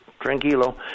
tranquilo